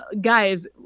Guys